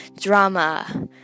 drama